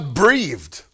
breathed